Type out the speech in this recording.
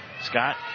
Scott